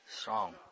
strong